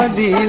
the